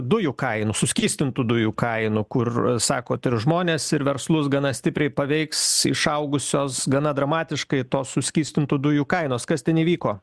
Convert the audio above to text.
dujų kainų suskystintų dujų kainų kur sakot ir žmones ir verslus gana stipriai paveiks išaugusios gana dramatiškai to suskystintų dujų kainos kas ten įvyko